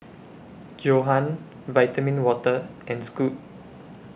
Johan Vitamin Water and Scoot